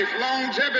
Longevity